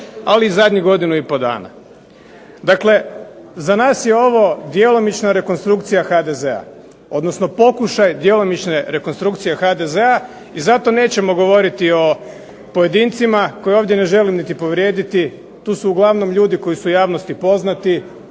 ali i zadnjih godinu i pol dana. Dakle, za nas je ovo djelomična rekonstrukcija HDZ-a, odnosno pokušaj djelomične rekonstrukcije HDZ-a i zato nećemo govoriti o pojedincima koje ovdje ne želim niti povrijediti. Tu su uglavnom ljudi koji su u javnosti poznati.